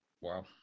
Wow